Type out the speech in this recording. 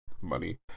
money